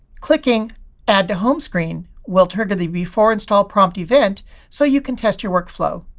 clicking add to home screen will turn to the beforeinstallprompt event so you can test your workflow.